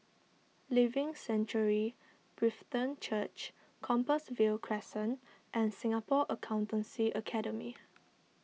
Living Sanctuary Brethren Church Compassvale Crescent and Singapore Accountancy Academy